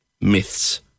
myths